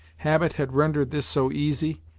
habit had rendered this so easy,